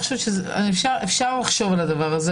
אפשר לחשוב על זה.